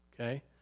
okay